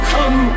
Come